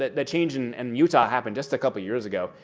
the change in and utah happened just a couple years ago.